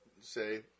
say